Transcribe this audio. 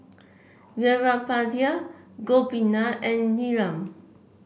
Veerapandiya Gopinath and Neelam